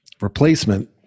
replacement